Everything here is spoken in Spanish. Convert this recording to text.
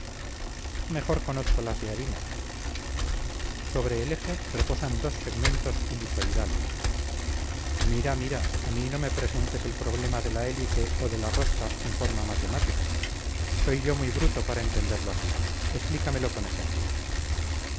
mejor conozco las de harina sobre el eje reposan dos segmentos helizoidales mira mira a mí no me presentes el problema de la hélice o de la rosca en forma matemática soy yo muy bruto para entenderlo así explícamelo con ejemplos